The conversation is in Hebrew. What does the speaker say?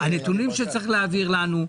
הנתונים שצריך להעביר לנו.